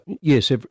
yes